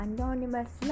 Anonymous